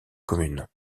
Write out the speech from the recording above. commune